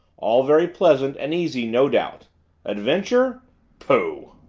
all very pleasant and easy no doubt adventure pooh!